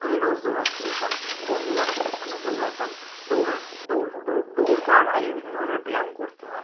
আমি রোজ দৌড়াতে যেতাম বন্ধুবান্ধবদের সঙ্গে দৌড়াতাম দৌড়ের দৌড় দৌড় দৌড় করার আগে বিভিন্ন ধরনের ব্যায়াম করতে হয়